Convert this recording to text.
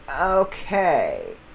Okay